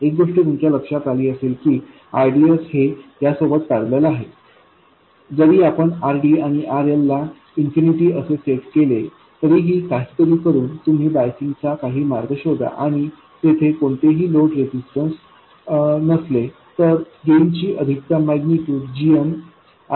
एक गोष्ट तुमच्या लक्षात आली असेल की rds हे यासोबत पॅरलल आहे जरी आपण RDआणि RLला इन्फिनिटी असे सेट केले तरीही काहीतरी करून तुम्ही बायसिंग चा काही मार्ग शोधा आणि तेथे कोणतेही लोड रेजिस्टन्स नसले तर गेन ची अधिकतम मैग्निटूड gmrdsअसेल